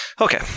Okay